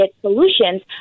solutions